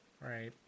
right